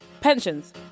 Pensions